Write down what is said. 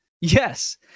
Yes